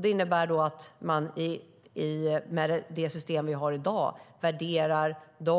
Det innebär att man med det system vi har i dag värderar det